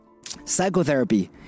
Psychotherapy